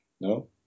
No